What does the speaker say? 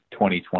2020